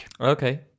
okay